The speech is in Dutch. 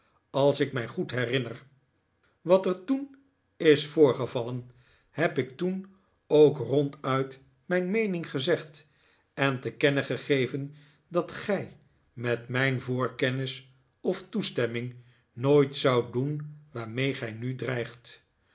als ik mij goed herinner wat er toen is voorgevallen heb ik toen ook ronduit mijn meening gezegd en te kennen gegeven dat gij met mijn voorkennis of toestemming nooit zoudt doen waarmee gij nu dreigt